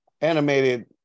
animated